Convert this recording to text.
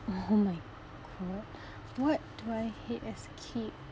oh my god what do I hate as a kid